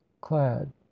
clad